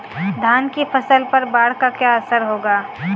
धान की फसल पर बाढ़ का क्या असर होगा?